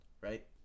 right